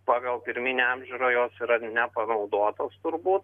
pagal pirminę apžiūrą jos yra nepanaudotos turbūt